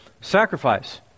sacrifice